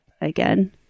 again